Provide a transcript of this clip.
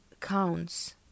counts